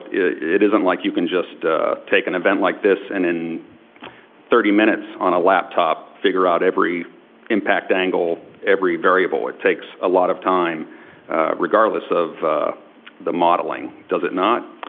it it isn't like you can just take an event like this and in thirty minutes on a laptop figure out every impact angle, every variable, it takes a lot of time regardless of the modeling, does it not?